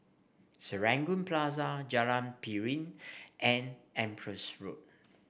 Serangoon Plaza Jalan Piring and Empress Road